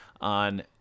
on